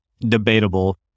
debatable